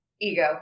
Ego